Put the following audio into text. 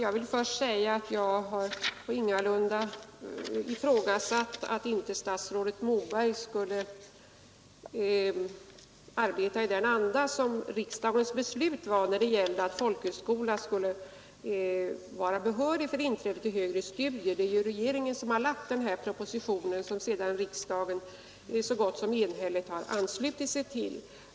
Herr talman! Jag har ingalunda ifrågasatt att inte statsrådet Moberg skulle arbeta i den anda som riksdagens beslut innebär när det gäller att genomgången folkhögskola skall ge behörighet för tillträde till högre studier. Det är ju regeringen som har framlagt den proposition som riksdagen sedan så gott som enhälligt anslutit sig till.